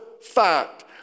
fact